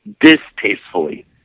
distastefully